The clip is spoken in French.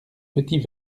petits